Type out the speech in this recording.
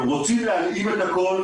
הם רוצים להלאים הכול,